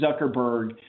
Zuckerberg